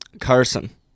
Carson